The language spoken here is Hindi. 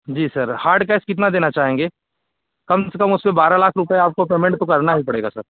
जी सर हार्ड कैस कितना देना चाहेंगे कम से कम उसमें बारह लाख रुपए आपको पेमेंट तो करना ही पड़ेगा सर